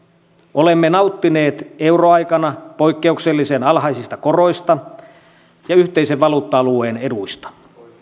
olemme nauttineet euroaikana poikkeuksellisen alhaisista koroista ja yhteisen valuutta alueen eduista